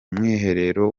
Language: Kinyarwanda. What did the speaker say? mwiherero